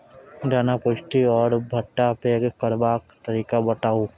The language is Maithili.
दाना पुष्ट आर भूट्टा पैग करबाक तरीका बताऊ?